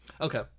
Okay